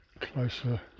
closer